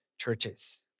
Churches